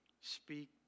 speak